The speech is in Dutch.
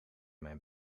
mijn